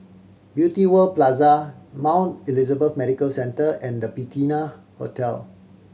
Beauty World Plaza Mount Elizabeth Medical Centre and The Patina Hotel